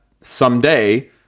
someday